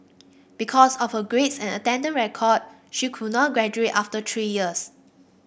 because of her grades and attendance record she could not graduate after three years